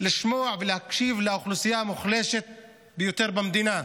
לשמוע ולהקשיב לאוכלוסייה המוחלשת ביותר במדינה.